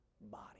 body